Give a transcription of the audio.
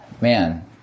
man